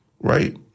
right